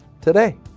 today